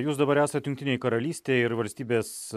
jūs dabar esat jungtinėj karalystėj ir valstybės